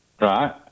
right